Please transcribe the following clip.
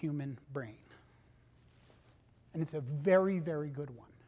human brain and it's a very very good one